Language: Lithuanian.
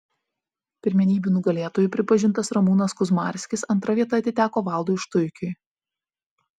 pirmenybių nugalėtoju pripažintas ramūnas kuzmarskis antra vieta atiteko valdui štuikiui